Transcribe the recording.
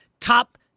top